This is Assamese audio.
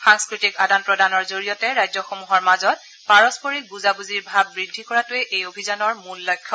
সাংস্থতিক আদান প্ৰদানৰ জৰিয়তে ৰাজ্যসমূহৰ মাজত পাৰস্পৰিক বুজাবুজিৰ ভাব বৃদ্ধি কৰাটোৱেই এই অভিযানৰ মূল লক্ষ্য